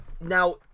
Now